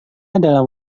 adalah